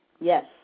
Yes